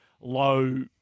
low